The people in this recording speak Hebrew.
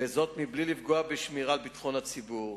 בלי לפגוע בשמירה על ביטחון הציבור.